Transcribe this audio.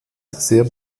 sehr